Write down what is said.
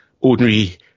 ordinary